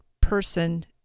person